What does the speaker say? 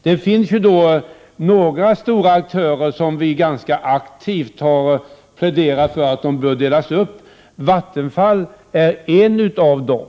Beträffande några stora aktörer har vi aktivt pläderat för en uppdelning. Vattenfall är en av dem.